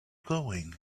going